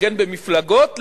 להתארגן במפלגות,